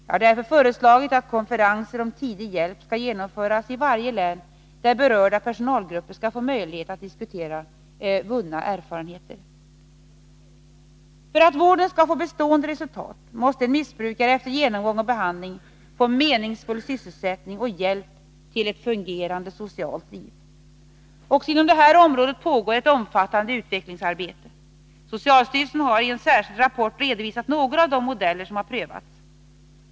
Jag har därför föreslagit att konferenser om tidig hjälp skall genomföras i varje län, där berörda personalgrupper skall få möjlighet att diskutera vunna erfarenheter. För att vården skall få bestående resultat måste en missbrukare efter genomgången behandling få meningsfull sysselsättning och hjälp till ett fungerande socialt liv. Också inom detta område pågår ett omfattande utvecklingsarbete. Socialstyrelsen har i en särskild rapport redovisat några av de modeller som har prövats.